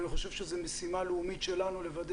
אני חושב שזאת משימה לאומית שלנו לוודא